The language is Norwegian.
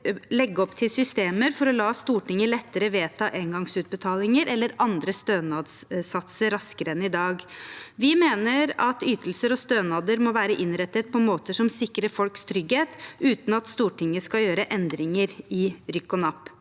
legge opp til systemer for å la Stortinget lettere vedta engangsutbetalinger eller andre stønadssatser raskere enn i dag. Vi mener ytelser og stønader må være innrettet på måter som sikrer folks trygghet, uten at Stortinget skal gjøre endringer i rykk og napp.